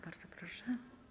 Bardzo proszę.